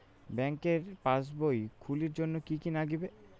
ব্যাঙ্কের পাসবই খুলির জন্যে কি কি নাগিবে?